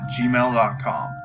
gmail.com